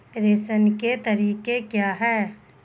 प्रेषण के तरीके क्या हैं?